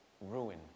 ruin